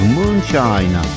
Moonshine